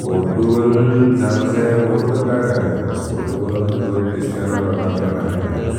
पोर्तुगल्, जनो जे पोर्तुगल् कने फ्ēमस्?। पोर्तुगल् होइ गोल् छ्रिस्तिअनो रोलन्दो कने फ्ēमस्?।